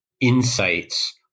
insights